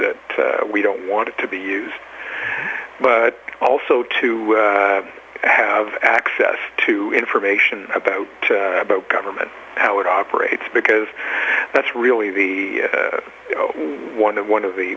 that we don't want to be used but also to have access to information about government how it operates because that's really the one that one of the